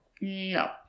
No